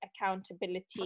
accountability